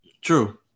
True